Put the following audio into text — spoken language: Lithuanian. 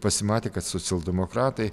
pasimatė kad socialdemokratai